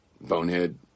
bonehead